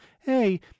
hey